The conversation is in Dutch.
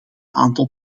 aantal